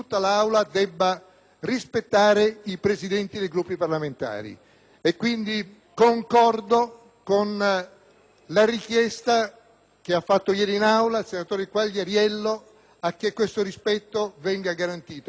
rispettare i Presidenti dei Gruppi parlamentari e quindi concordo con la richiesta fatta ieri in Aula dal senatore Quagliariello affinché tale rispetto venga garantito. Tuttavia,